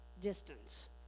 distance